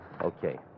okay